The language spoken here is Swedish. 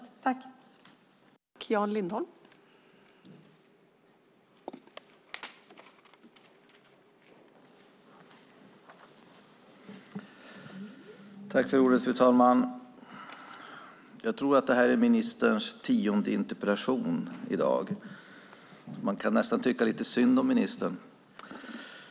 Då Gunvor G Ericson, som framställt interpellationen, anmält att hon var förhindrad att närvara vid sammanträdet medgav tredje vice talmannen att Jan Lindholm i stället fick delta i överläggningen.